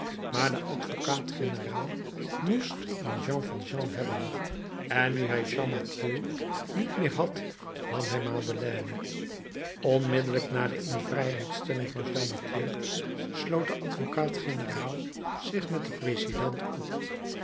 maar de advocaat-generaal moest een jean valjean hebben en nu hij champmathieu niet meer had nam hij madeleine onmiddellijk na de invrijheidstelling van champmathieu sloot de advocaat-generaal zich met den president op